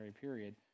period